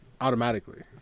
automatically